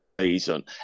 season